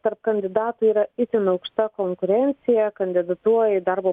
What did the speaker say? tarp kandidatų yra itin aukšta konkurencija kandidatuoja į darbo